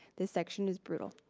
this section is brutal.